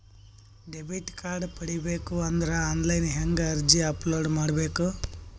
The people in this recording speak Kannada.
ಡೆಬಿಟ್ ಕಾರ್ಡ್ ಪಡಿಬೇಕು ಅಂದ್ರ ಆನ್ಲೈನ್ ಹೆಂಗ್ ಅರ್ಜಿ ಅಪಲೊಡ ಮಾಡಬೇಕು?